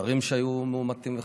השרים שהיו מאומתים וחזרו,